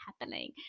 happening